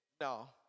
no